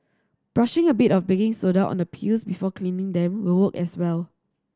brushing a bit of baking soda on the peels before cleaning them will work as well